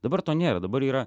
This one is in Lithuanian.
dabar to nėra dabar yra